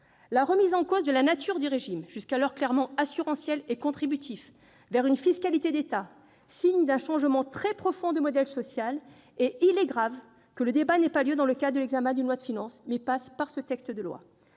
La remise en cause de la nature du régime, jusqu'alors clairement assurantiel et contributif, avec un basculement vers une fiscalité d'État est le signe d'un changement très profond de modèle social. Il est grave que le débat n'ait pas lieu dans le cadre de l'examen d'un projet de loi de finances, mais prenne appui sur ce projet de loi.